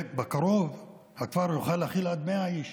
ובקרוב הכפר יוכל להכיל עד 100 איש